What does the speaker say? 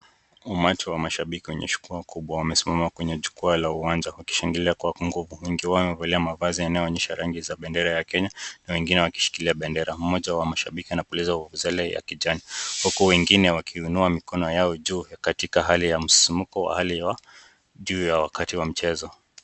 Umati wa mashabiki wenye shauku kubwa wamesimama kwenye jukwaa la uwanja wakishangilia kwa nguvu. Wengi wao wamevalia mavazi yanayoonyesha rangi za bendera ya Kenya na wengine wakishikilia bendera. Mmoja wa mashabiki anapuliza vuvuzela ya kijani. Huku wengine wakiinua mikono yao juu katika hali ya msisimko wa hali ya juu ya wakati wa mchezo.